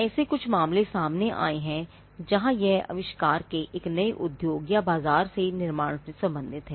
ऐसे कुछ मामले सामने आए हैं जहां यह आविष्कार एक नए उद्योग या बाजार के निर्माण से संबंधित है